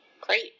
Great